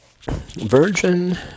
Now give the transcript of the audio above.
Virgin